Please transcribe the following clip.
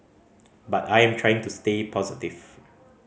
but I am trying to stay positive